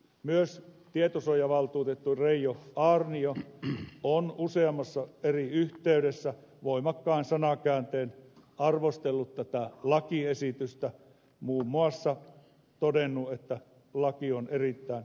myös tietosuojavaltuutettu reijo aarnio on useassa eri yhteydessä voimakkain sanakääntein arvostellut tätä lakiesitystä muun muassa todennut että laki on erittäin epäselvästi kirjoitettu